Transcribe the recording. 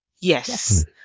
Yes